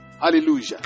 Hallelujah